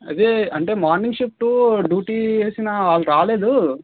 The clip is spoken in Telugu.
అదే అంటే మార్నింగ్ షిఫ్ట్ డ్యూటీ వేసిన వాళ్ళు రాలేదు